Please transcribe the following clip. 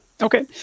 Okay